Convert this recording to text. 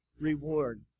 reward